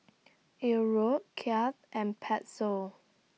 Euro Kyat and Peso